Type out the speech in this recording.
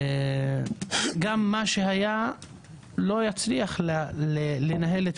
גם מה שהיה לא יצליח לנהל את